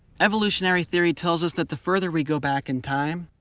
evolutionary theory tells us that the further we go back in time,